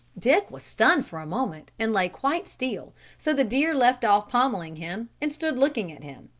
dick was stunned for a moment, and lay quite still, so the deer left off pommelling him, and stood looking at him.